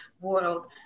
world